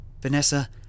Vanessa